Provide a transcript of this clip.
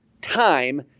time